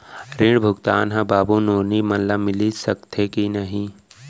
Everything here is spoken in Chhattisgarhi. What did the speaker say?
ऋण भुगतान ह बाबू नोनी मन ला मिलिस सकथे की नहीं?